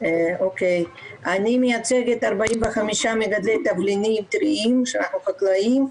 אני מייצגת 45 מגדלי תבלינים טריים, אנחנו חקלאים.